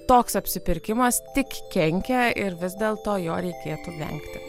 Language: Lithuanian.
toks apsipirkimas tik kenkia ir vis dėlto jo reikėtų vengti